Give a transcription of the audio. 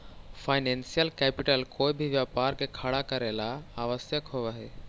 financial capital कोई भी व्यापार के खड़ा करेला ला आवश्यक होवऽ हई